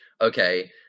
okay